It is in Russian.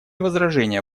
возражения